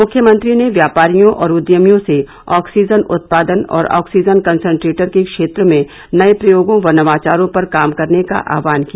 मुख्यमंत्री ने व्यापारियों और उद्यमियों से ऑक्सीजन उत्पादन और आक्सीजन कसन्ट्रेटर के क्षेत्र में नये प्रयोगों व नवाचारों पर काम करने का आह्वान किया